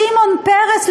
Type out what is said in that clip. שמעון פרס,